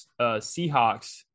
Seahawks